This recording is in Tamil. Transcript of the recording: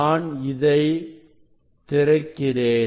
நான் இதை திறக்கிறேன்